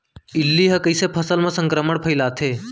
इल्ली ह कइसे फसल म संक्रमण फइलाथे?